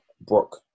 Brock